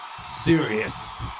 serious